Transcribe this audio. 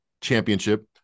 championship